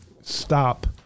stop